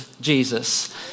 Jesus